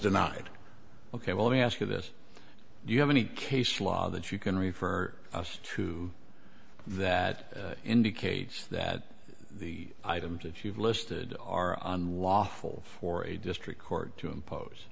denied ok well let me ask you this do you have any case law that you can refer us to that indicates that the items if you've listed are on lawful for a district court to impose